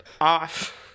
off